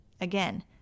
Again